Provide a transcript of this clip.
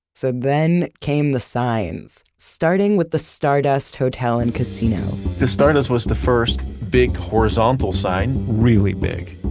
so then came the signs. starting with the stardust hotel and casino the stardust was the first big horizontal sign really big.